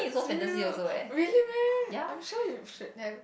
serious really meh I am sure you should have